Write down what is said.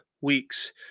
weeks